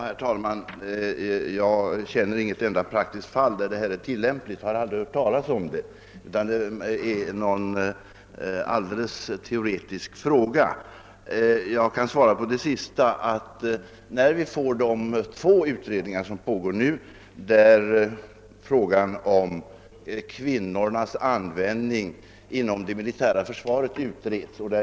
Herr talman! Jag känner inte ett enda praktiskt fall där detta är tillämpligt, och jag har aldrig hört talas om att något behov skulle ha funnits. Det är en helt teoretisk fråga. Jag kan på den sist ställda frågan sva ra, att det nu pågår två utredningar där frågan om kvinnans användning inom det militära försvaret utreds.